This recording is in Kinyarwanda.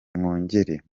mwongere